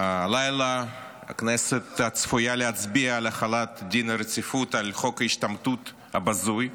הלילה הכנסת צפויה להצביע על החלת דין רציפות על חוק ההשתמטות הבזוי,